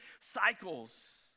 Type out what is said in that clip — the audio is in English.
cycles